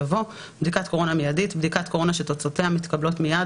יבוא: ""בדיקת קורונה מיידית" בדיקת קורונה שתוצאותיה מתקבלות מייד,